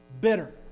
Bitter